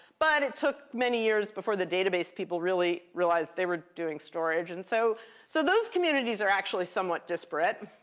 but it took many years before the database people really realized they were doing storage. and so so those communities are actually somewhat disparate.